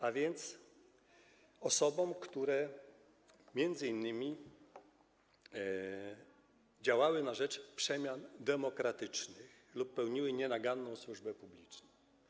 A więc osobom, które m.in. działały na rzecz przemian demokratycznych lub pełniły nienaganną służbę publiczną.